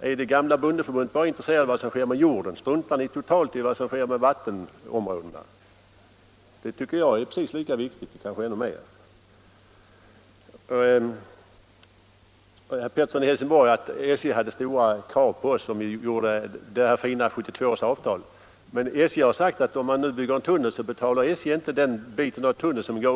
Är det gamla bondeförbundet bara intresserat av vad som sker med jorden? Struntar ni totalt i vad som sker med vattenområdena? Det tycker jag är precis lika viktigt. kanske ännu viktigare. Herr Pettersson i Helsingborg säger att SJ ställer stora krav på oss som deltog i utformandet av 1972 års fina avtal. Men SJ har sagt att om man nu bygger en tunnel så betalar inte SJ den biten av tunneln som går